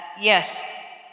yes